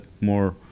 more